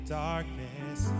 darkness